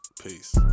Peace